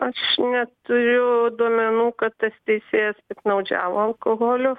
aš neturiu duomenų kad tas teisėjas piktnaudžiavo alkoholiu